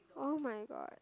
oh-my-god